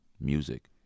music